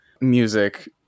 music